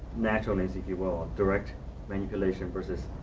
naturalist, if you will direct manipulation versus